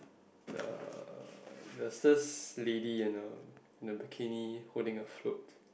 it's a a there's this lady in a in a bikini holding a float